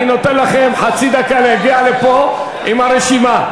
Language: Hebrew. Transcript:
אני נותן לכם חצי דקה להגיע לפה עם הרשימה.